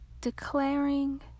declaring